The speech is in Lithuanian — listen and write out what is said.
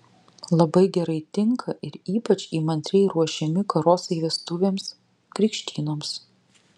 labai gerai tinka ir ypač įmantriai ruošiami karosai vestuvėms krikštynoms